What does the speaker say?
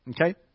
Okay